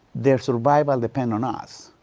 their survival depend on us,